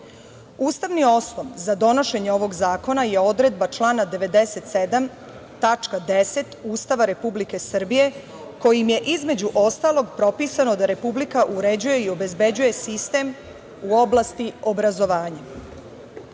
osnov za donošenje ovog zakona je odredba člana 97. tačka 10. Ustava Republike Srbije, kojim je, između ostalog, propisano da Republika uređuje i obezbeđuje sistem u oblasti obrazovanja.